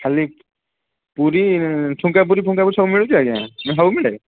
ଖାଲି ପୁରି ଠୁଙ୍କା ପୁରି ଫୁଙ୍କା ପୁରି ସବୁ ମିଳୁଛି ଆଜ୍ଞା ସବୁ ମିଳେ